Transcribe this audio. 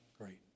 great